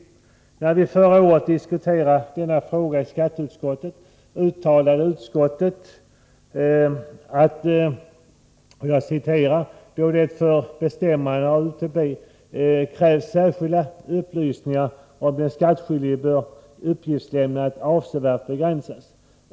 När vi i skatteutskottet förra året diskuterade denna fråga uttalade utskottet: ”Även i de fall då det för bestämmande av UTB krävs särskilda upplysningar av den skattskyldige bör uppgiftslämnandet avsevärt begränsas.